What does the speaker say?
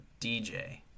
DJ